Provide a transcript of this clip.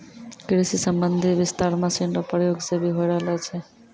कृषि संबंधी विस्तार मशीन रो प्रयोग से भी होय रहलो छै